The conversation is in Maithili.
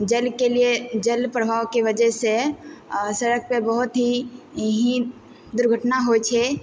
जलके लिए जल प्रभावके वजह से सड़क पे बहुत ही दुर्घटना होइ छै